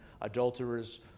adulterers